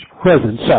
presence